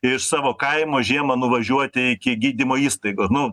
iš savo kaimo žiemą nuvažiuoti iki gydymo įstaigos nu